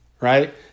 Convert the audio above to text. right